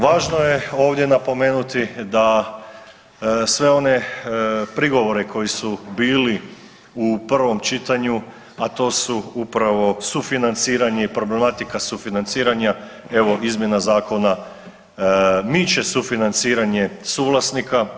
Važno je ovdje napomenuti da sve one prigovore koji su bili u prvom čitanju, a to su upravo sufinanciranje i problematika sufinanciranja evo izmjena zakona miče sufinanciranje suvlasnika.